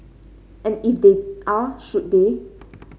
and if they are should they